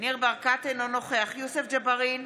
אינו נוכח יוסף ג'בארין,